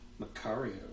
Macario